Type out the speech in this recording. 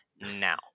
now